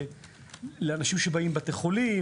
לאנשים שבאים מבתי חולים,